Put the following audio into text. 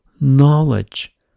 knowledge